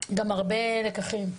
גם הרבה לקחים.